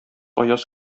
аяз